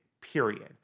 period